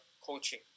coaching